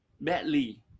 badly